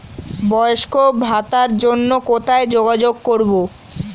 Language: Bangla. বয়স্ক ভাতার জন্য কোথায় যোগাযোগ করব?